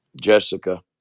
Jessica